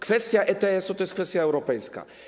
Kwestia ETS-u to jest kwestia europejska.